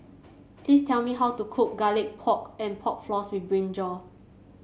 please tell me how to cook Garlic Pork and Pork Floss with brinjal